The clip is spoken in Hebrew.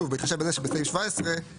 שוב, בהתחשב בזה שבסעיף 17 הספק